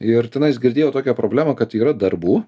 ir tenai girdėjau tokią problemą kad yra darbų